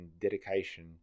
dedication